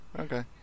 Okay